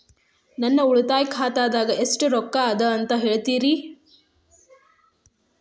ನನ್ನ ಉಳಿತಾಯ ಖಾತಾದಾಗ ಎಷ್ಟ ರೊಕ್ಕ ಅದ ಅಂತ ಹೇಳ್ತೇರಿ?